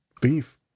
Beef